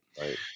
right